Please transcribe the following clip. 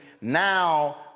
Now